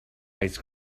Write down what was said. ice